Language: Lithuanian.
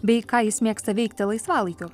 bei ką jis mėgsta veikti laisvalaikiu